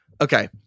Okay